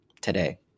today